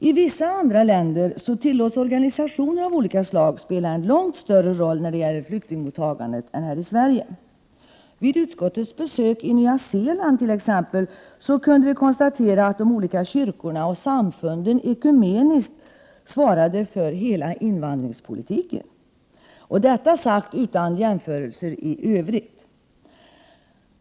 I vissa andra länder tillåts organisationer av olika slag spela en långt större roll när det gäller flyktingmottagandet än här i Sverige. Vid utskottets besök i Nya Zeeland kunde vi t.ex. konstatera att de olika kyrkorna och samfunden ekumeniskt svarade för hela invandrarpolitiken — detta sagt utan jämförelse i Övrigt.